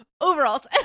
overalls